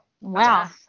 Wow